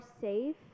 safe